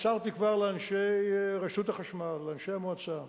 מסרתי כבר לאנשי רשות החשמל, לאנשי המועצה,